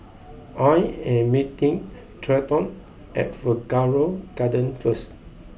I am meeting Trenton at Figaro Gardens first